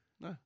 No